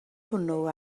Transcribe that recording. hwnnw